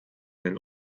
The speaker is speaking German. den